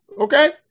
Okay